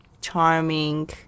charming